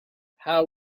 how